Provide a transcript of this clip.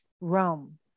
Rome